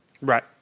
Right